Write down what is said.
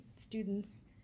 students